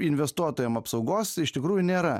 investuotojam apsaugos iš tikrųjų nėra